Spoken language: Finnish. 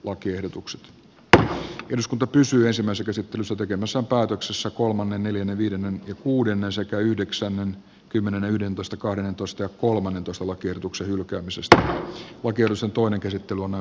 lakiehdotuksen että eduskunta pysyä samassa käsittelyssä tekemässä päätöksessä kolmannen neljännen viidennen ja kuudennen satayhdeksän kymmenen yhdentoista kahdentoista kolmannentoista lakiehdotuksen lopuksi on päätettävä lausumaehdotuksista